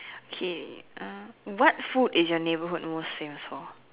K uh what food is your neighbourhood most famous for